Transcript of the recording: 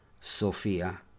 Sophia